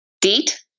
Deet